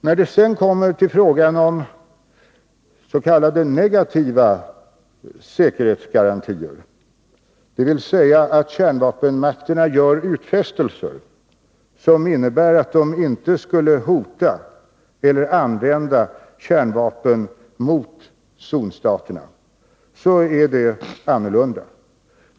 När det sedan gäller frågan om s.k. negativa säkerhetsgarantier, dvs. att kärnvapenmakterna gör utfästelser som innebär att de inte skulle hota eller använda kärnvapen mot zonstaterna, förhåller det sig annorlunda.